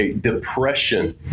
depression